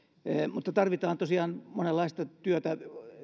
mutta tarvitaan tosiaan monenlaista työtä